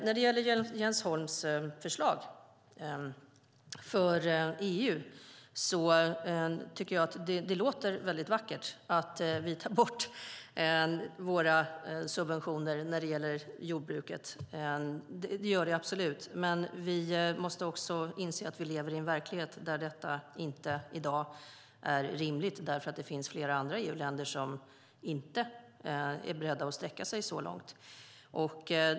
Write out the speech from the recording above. När det gäller Jens Holms förslag för EU tycker jag absolut att det låter vackert att vi tar bort våra subventioner för jordbruket. Men vi måste också inse att vi lever i en verklighet där detta inte är rimligt i dag eftersom det finns flera andra EU-länder som inte är beredda att sträcka sig så långt.